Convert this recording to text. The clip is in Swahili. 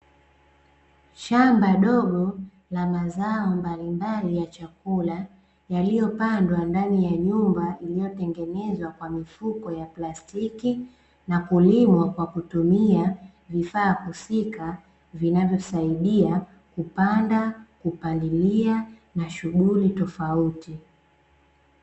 Shamba dogo la mazao mbalimbali ya chakula, yaliyopandwa ndani ya nyumba iliyotengenezwa kwa mifuko ya plastiki, na kulimwa kwa kutumia vifaa husika vinavyosaidia kupanda, kupalilia, na shughuli tofauti.